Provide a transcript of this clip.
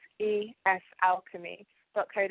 esalchemy.co.uk